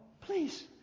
Please